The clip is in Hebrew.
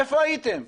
איפה הייתם?